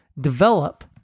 develop